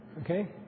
okay